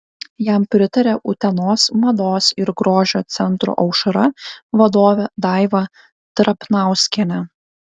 jam pritarė utenos mados ir grožio centro aušra vadovė daiva trapnauskienė